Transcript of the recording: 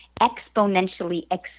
exponentially